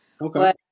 Okay